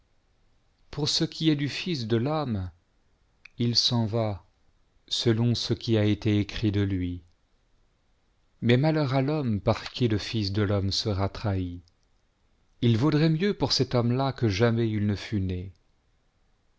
pour ce qui est du fils de l'homme il s'en va selon ce qui a été écrit de lui mais malheur à l'homme par qui le fils de l'homme sera trahi il vaudrait mieux pour cet homme-là que jamais il ne fût